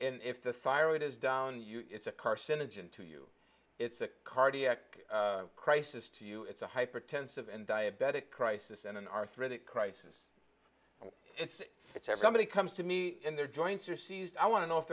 if the thyroid is down it's a carcinogen to you it's a cardiac crisis to you it's a hypertensive and diabetic crisis in an arthritic crisis it's it's everybody comes to me in their joints or sees i want to know if